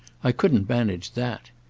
i couldn't manage that.